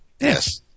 Yes